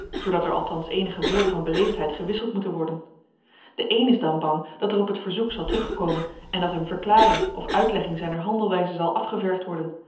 zoodat er althans eenige woorden van beleefdheid gewisseld moeten worden de een is dan bang dat er op het verzoek zal teruggekomen en dat hem verklaring of uitlegging zijner handelwijze zal afgevergd worden